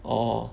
orh